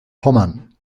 pommern